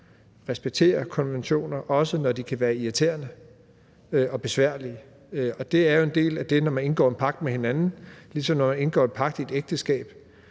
respektere konventioner, også når de kan være irriterende og besværlige. Det er jo en del af det at indgå en pagt med hinanden. Det er, ligesom når man indgår en pagt i et ægteskab.